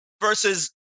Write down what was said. versus